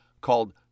called